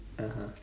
(uh huh)